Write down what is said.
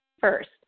first